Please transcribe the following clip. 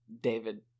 David